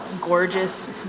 gorgeous